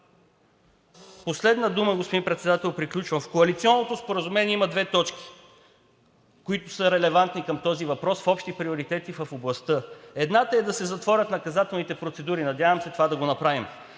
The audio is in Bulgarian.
Последна дума, господин Председател, приключвам. В коалиционното споразумение има две точки, които са релевантни към този въпрос в „Общи приоритети в областта“. Едната е да се затворят наказателните процедури, надявам се това да го направим.